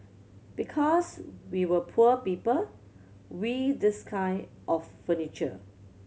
because we were poor people we this kind of furniture